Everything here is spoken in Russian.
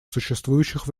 существующих